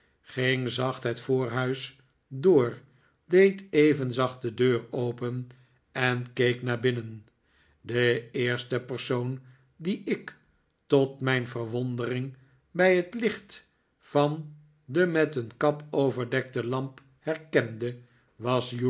ging zacht het voorhuis door deed even zacht de deur open en keek naar binnen de eerste persoon die ik tot mijn verwondering bij het licht van de met een kap overdekte lamp herkende was